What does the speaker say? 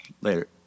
Later